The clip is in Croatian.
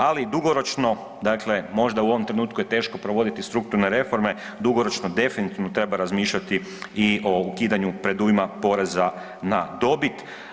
Ali, dugoročno, dakle, možda u ovom trenutku je teško provoditi strukturne reforme, dugoročno definitivno treba razmišljati i o ukidanju predujma poreza na dobit.